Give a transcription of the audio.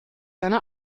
eine